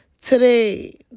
today